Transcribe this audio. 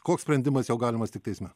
koks sprendimas jau galimas tik teisme